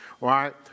right